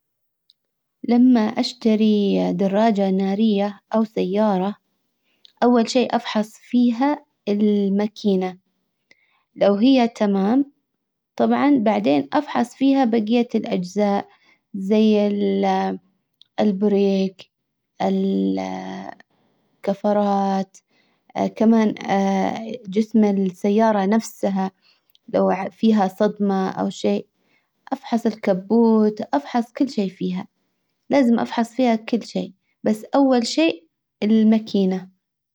لما اشتري دراجة نارية او سيارة اول شيء افحص فيها الماكينة لو هي تمام طبعا بعدين افحص فيها بقية الاجزاء زي البريك الكفرات كمان جسم السيارة نفسها لو فيها صدمة او شيء افحص الكبوت افحص كل شئ فيها لازم افحص فيها كل شئ بس اول شئ الماكينة.